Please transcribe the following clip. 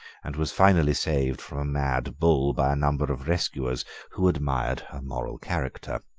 and was finally saved from a mad bull by a number of rescuers who admired her moral character.